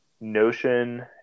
notion